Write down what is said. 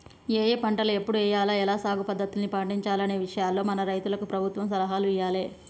ఏఏ పంటలు ఎప్పుడు ఎయ్యాల, ఎలా సాగు పద్ధతుల్ని పాటించాలనే విషయాల్లో మన రైతులకు ప్రభుత్వం సలహాలు ఇయ్యాలే